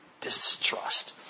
distrust